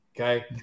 okay